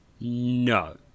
No